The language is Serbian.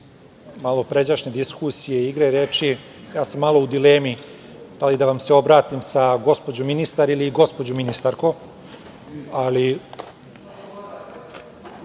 malopređašnje diskusije i igre reči ja sam malo u dilemi da li da vam se obratim kao gospođo ministar ili gospođo ministarko,